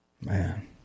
Man